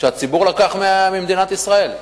שהציבור לקח ממדינת ישראל.